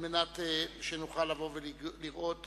על מנת שנוכל לראות